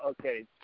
Okay